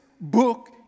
book